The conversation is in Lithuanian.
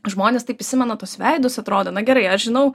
žmonės taip įsimena tuos veidus atrodo na gerai aš žinau